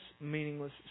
meaningless